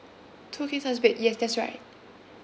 two queen sized bed yes that's right